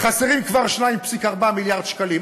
חסרים כבר 2.4 מיליארד שקלים.